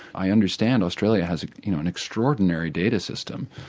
i understand australia has you know an extraordinary data system,